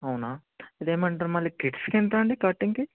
అవునా ఇదేమి అంటారు మళ్ళీ కిడ్స్కి ఎంత అండి కటింగ్కి